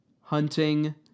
hunting